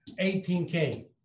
18K